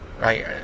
right